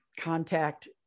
contact